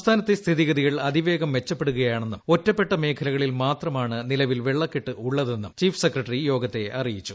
സംസ്ഥാനത്തെ സ്ഥിതിഗതികൾ അതിവേഗം മെച്ചപ്പെടുകയാണെന്നും ഒറ്റപ്പെട്ട മേഖലകളിൽ മാത്രമാണ് നിലവിൽ ് വെള്ളെക്കെട്ട് ഉള്ളതെന്നും ചീഫ് സെക്രട്ടറി യോഗത്തെ അറിയിച്ചു